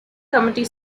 committee